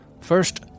First